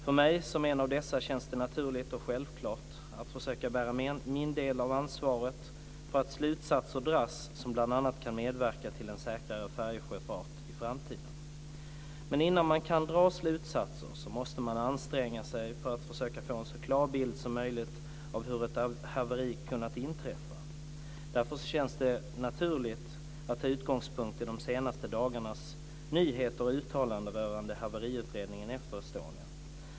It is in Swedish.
För mig, som en av dessa, känns det naturligt och självklart att försöka bära min del av ansvaret för att slutsatser dras som bl.a. kan medverka till en säkrare färjesjöfart i framtiden. Innan man kan dra slutsatser måste man anstränga sig för att försöka få en så klar bild som möjligt av hur ett haveri kunnat inträffa. Därför känns det naturligt att ta utgångspunkt i de senaste dagarnas nyheter och uttalanden rörande haveriutredningen efter Estonia.